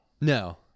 No